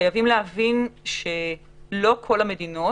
חייבים להבין שלא כל המדינות